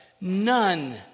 none